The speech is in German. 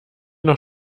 noch